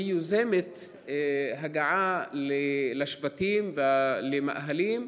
היא יוזמת הגעה לשבטים ולמאהלים,